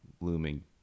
looming